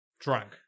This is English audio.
drunk